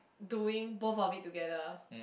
doing both of it together